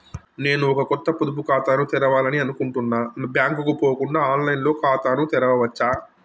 నేను ఒక కొత్త పొదుపు ఖాతాను తెరవాలని అనుకుంటున్నా బ్యాంక్ కు పోకుండా ఆన్ లైన్ లో ఖాతాను తెరవవచ్చా?